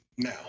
Now